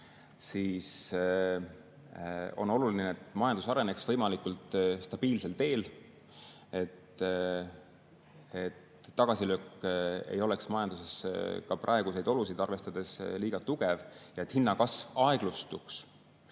siis on oluline, et majandus areneks võimalikult stabiilsel teel, et tagasilöök ei oleks majanduses ka praeguseid olusid arvestades liiga tugev ja et hinnakasv aeglustuks.